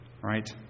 Right